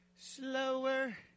slower